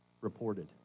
reported